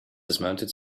dismounted